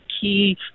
key